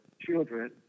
children